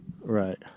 Right